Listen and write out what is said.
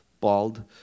Bald